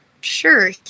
sure